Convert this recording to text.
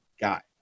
guy